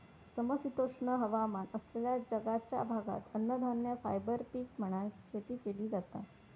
समशीतोष्ण हवामान असलेल्या जगाच्या भागात अन्नधान्य, फायबर पीक म्हणान शेती केली जाता